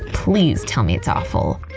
please tell me it's awful,